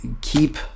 keep